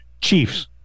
Chiefs